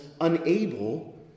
unable